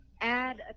add